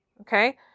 Okay